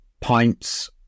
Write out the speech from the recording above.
Pints